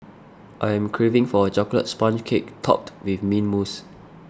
I am craving for a Chocolate Sponge Cake Topped with Mint Mousse